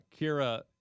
Kira